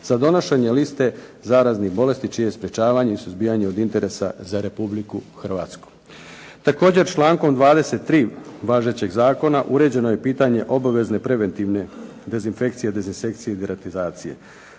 za donošenje liste zaraznih bolesti čije je sprečavanje i suzbijanje od interesa za Republiku Hrvatsku. Također člankom 23. važećeg zakona uređeno je pitanje obavezne preventivne dezinfekcije, dezinsekcije i deratizacije.